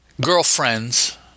girlfriends